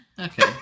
Okay